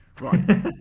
right